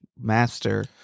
master